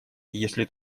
если